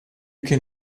can